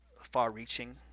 far-reaching